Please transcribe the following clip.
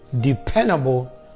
dependable